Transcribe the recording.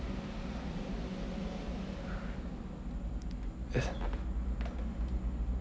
yes